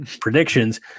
predictions